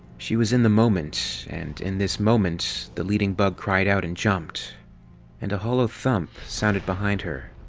she was in the moment and in this moment, the leading bug cried out and jumped and a hollow thump sounded behind her,